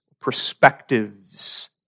perspectives